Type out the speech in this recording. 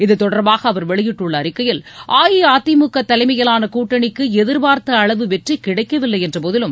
இத்தொடர்பாக அவர் வெளியிட்டுள்ள அறிக்கையில் அஇஅதிமுக தலைமையிலான கூட்டணிக்கு எதிர்பார்த்த அளவு வெற்றி கிடைக்கவில்லை என்றபோதிலும்